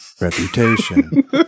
reputation